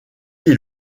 des